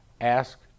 ask